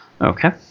Okay